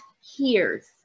hears